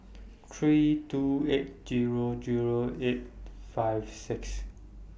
three two eight Zero Zero eight five six